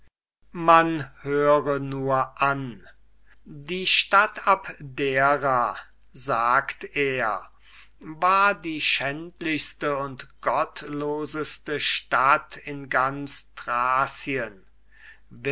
man höre nur an die stadt abdera sagt er war die schändlichste und gottloseste stadt in ganz